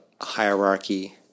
hierarchy